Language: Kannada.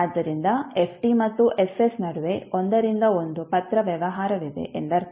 ಆದ್ದರಿಂದ f ಮತ್ತು F ನಡುವೆ ಒಂದರಿಂದ ಒಂದು ಪತ್ರ ವ್ಯವಹಾರವಿದೆ ಎಂದರ್ಥ